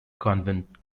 convent